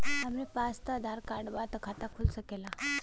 हमरे पास बस आधार कार्ड बा त खाता खुल सकेला?